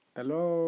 Hello